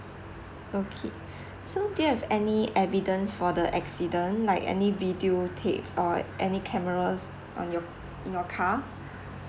okay so do you have any evidence for the accident like any video tapes or any cameras on your in your car